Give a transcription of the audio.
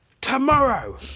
Tomorrow